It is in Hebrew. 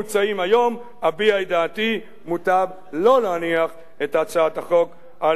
אביע את דעתי כי מוטב לא להניח את הצעת החוק על שולחן הכנסת.